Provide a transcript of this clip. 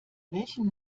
welchen